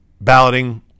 balloting